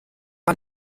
man